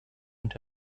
und